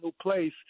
place